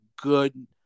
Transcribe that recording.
good